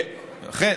לכן,